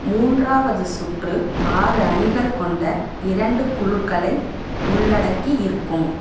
மூன்றாவது சுற்று ஆறு அணிகள் கொண்ட இரண்டு குழுக்களை உள்ளடக்கி இருக்கும்